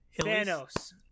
Thanos